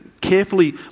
carefully